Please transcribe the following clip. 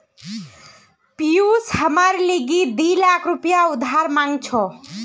पियूष हमार लीगी दी लाख रुपया उधार मांग छ